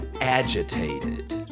agitated